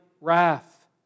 wrath